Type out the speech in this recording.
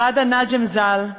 ראדה נאג'ם ז"ל,